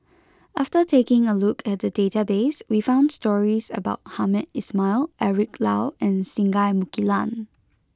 after taking a look at the database we found stories about Hamed Ismail Eric Low and Singai Mukilan